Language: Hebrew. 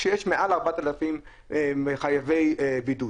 כשיש מעל 4,000 חייבי בידוד.